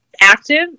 active